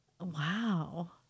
Wow